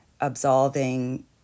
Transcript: absolving